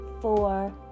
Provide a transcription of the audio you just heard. four